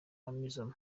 amisom